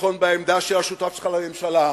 אי-ביטחון בעמדה של השותף שלך לממשלה,